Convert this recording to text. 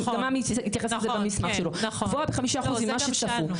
גם עמי התייחס לזה במסמך שלו, גבוה ב-5% ממה שצפו.